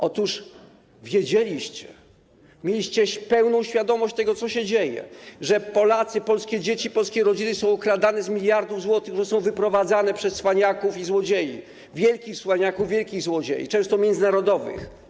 Otóż wiedzieliście, mieliście pełną świadomość tego, co się dzieje, że polskie dzieci, polskie rodziny są okradane z miliardów złotych, które są wyprowadzane przez cwaniaków i złodziei, wielkich cwaniaków, wielkich złodziei, często międzynarodowych.